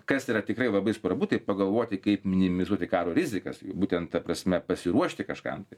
kas yra tikrai labai svarbu tai pagalvoti kaip minimizuoti karo rizikas būtent prasme pasiruošti kažkam tai